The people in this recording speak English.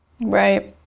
Right